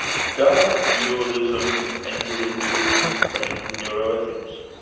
does dualism enter into questions of neuroethics?